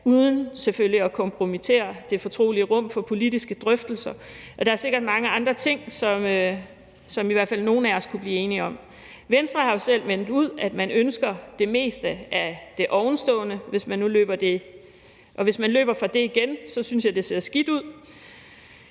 uden selvfølgelig at kompromittere det fortrolige rum for politiske drøftelser. Der er sikkert mange andre ting, som i hvert fald nogle af os kunne blive enige om. Venstre har jo selv meldt ud, at man ønsker det meste af det ovenstående, men hvis man løber fra det igen, synes jeg, det ser skidt ud.